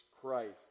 Christ